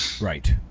Right